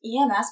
EMS